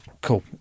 Cool